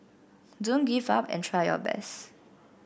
don't give up and try your best